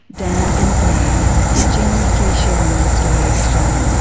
dan and glen for generously sharing their stories today.